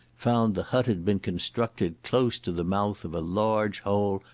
found the hut had been constructed close to the mouth of a large hole,